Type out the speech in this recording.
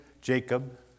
Jacob